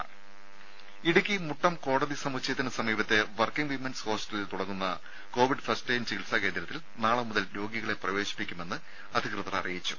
രുഭ ഇടുക്കി മുട്ടം കോടതി സമുച്ചയത്തിന് സമീപത്തെ വർക്കിംഗ് വിമൻസ് ഹോസ്റ്റലിൽ തുടങ്ങുന്ന കോവിഡ് ഫസ്റ്റ്ലൈൻ ചികിത്സാ കേന്ദ്രത്തിൽ നാളെ മുതൽ രോഗികളെ പ്രവേശിപ്പിക്കുമെന്ന് അധികൃതർ അറിയിച്ചു